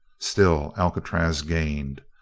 still alcatraz gained.